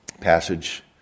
passage